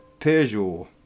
Peugeot